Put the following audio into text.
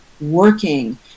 working